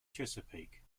chesapeake